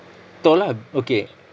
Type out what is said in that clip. tu lah okay